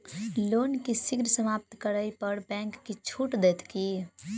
loan केँ शीघ्र समाप्त करै पर बैंक किछ छुट देत की